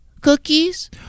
cookies